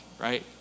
right